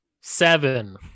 seven